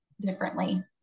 differently